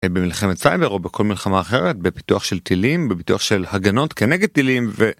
במלחמת סייבר או בכל מלחמה אחרת, בפיתוח של טילים, בפיתוח של הגנות כנגד טילים ו...